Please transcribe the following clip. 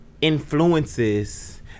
Influences